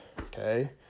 okay